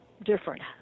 different